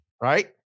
Right